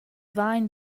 vain